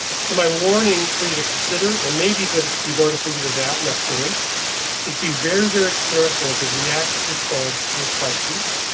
so my warning for you to consider, and maybe that you've already figured it out, and that's great is be very, very careful of the reactive response to a crisis.